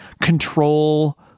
control